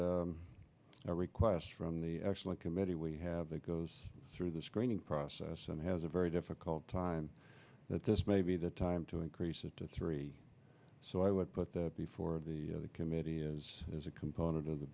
get a request from the actual committee we have that goes through the screening process and has a very difficult time that this may be the time to increase it to three so i would put that before the committee is there's a component of the